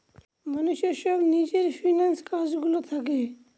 মানুষের সব নিজের ফিন্যান্স কাজ গুলো থাকে